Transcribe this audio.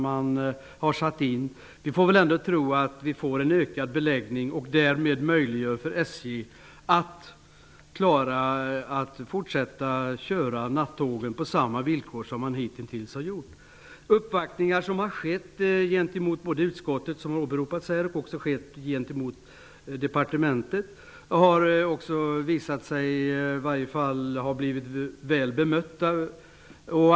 Vi tror nog ändå att vi får en ökad beläggning och att det därmed blir möjligt för SJ att klara av att köra nattågen på samma sätt som hittills. Uppvaktningar har skett både hos utskottet -- som har nämnts tidigare i debatten -- och hos departementet, och dessa har blivit väl bemötta.